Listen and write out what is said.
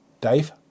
Dave